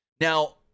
Now